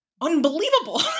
Unbelievable